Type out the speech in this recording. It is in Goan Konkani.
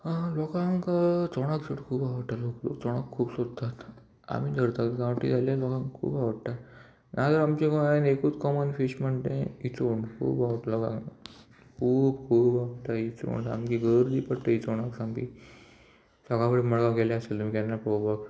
आं लोकांक चोणक खूब आवडटा लोक चोणाक खूब सोदतात आमी धरताक गांवठी जाल्यार लोकांक खूब आवडटा नाजाल्यार आमच्या गोंयान एकूच कॉमन फीश म्हणटा तें हिचवण खूब आवडटा लोकांक खूब खूब आवडटा इचोण सामकी गर्दी पडटा इचोणाक सामकी सकाळ फुडें मडगांव गेले आसतले तुमी केन्ना पळोवपाक